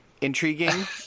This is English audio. intriguing